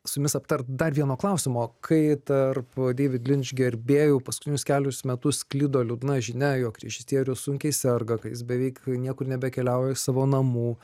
su jumis aptart dar vieno klausimo kai tarp deivid linč gerbėjų paskutinius kelerius metus sklido liūdna žinia jog režisierius sunkiai serga kad jis beveik niekur nebekeliauja iš savo namų